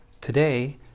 Today